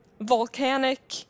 Volcanic